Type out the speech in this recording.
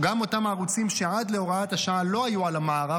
גם אותם הערוצים שעד להוראת השעה לא היו על המערך,